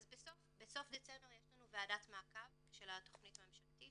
בסוף דצמבר יש לנו ועדת מעקב של התכנית הממשלתית,